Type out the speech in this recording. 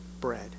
bread